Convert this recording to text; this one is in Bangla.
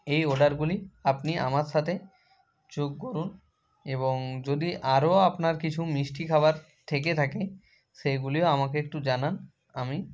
এই অর্ডারগুলি আপনি আমার সাথে যোগ করুন এবং যদি আরও আপনার কিছু মিষ্টি খাবার থেকে থাকে সেইগুলিও আমাকে একটু জানান আমি